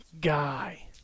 guy